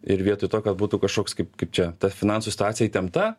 ir vietoj to kad būtų kažkoks kaip čia ta finansų situacija įtempta